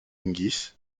hingis